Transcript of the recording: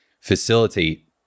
facilitate